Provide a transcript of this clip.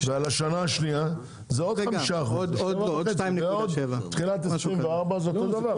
ועל השנה השנייה זה עוד 5%. עוד 2.7%. בתחילת 2024 זה אותו הדבר.